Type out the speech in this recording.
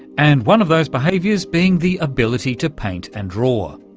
and one of those behaviours being the ability to paint and draw.